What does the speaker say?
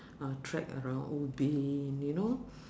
uh trek around ubin you know